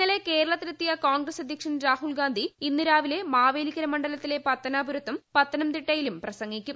ഇന്നലെ കേരളത്തിലെത്തിയ കോൺഗ്രസ് അധ്യക്ഷൻ രാഹുൽ ഗാന്ധി ഇ ന്ന് രാവിലെ മാവേലിക്കര മണ്ഡലത്തിലെ പത്തനാപുരത്തും പത്തനംതിട്ടയി ലും പ്രസംഗിക്കും